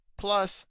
plus